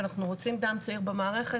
ואנחנו רוצים דם צעיר במערכת,